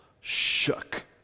shook